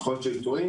בבית הספר.